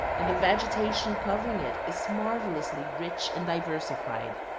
and the vegetation covering it is marvelously rich and diversified.